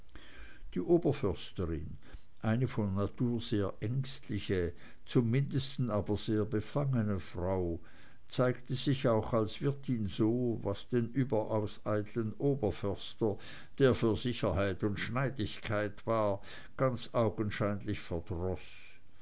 die oberförsterin eine von natur sehr ängstliche zum mindesten aber sehr befangene frau zeigte sich auch als wirtin so was den überaus eitlen oberförster der für sicherheit und schneidigkeit war ganz augenscheinlich